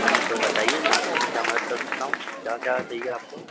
हाँ जी सर बताइए मैं आपके लिए क्या मदद कर सकता हूँ क्या क्या चाहिए आपको